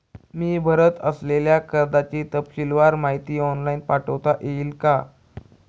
मी भरत असलेल्या कर्जाची तपशीलवार माहिती ऑनलाइन पाठवता येईल का?